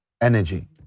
energy